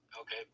Okay